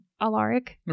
Alaric